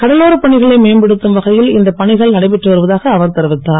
கடலோரப் பணிகளை மேம்படுத்தும் வகையில் இந்தப் பணிகள் நடைபெற்று வருவதாக அவர் தெரிவித்தார்